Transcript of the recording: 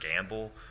gamble